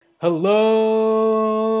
Hello